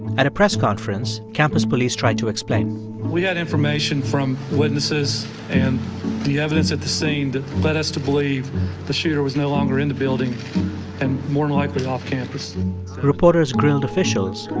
at a press conference, campus police tried to explain we had information from witnesses and the evidence at the scene that led us to believe the shooter was no longer in the building and more than likely off campus the reporters grilled officials,